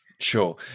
Sure